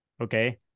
okay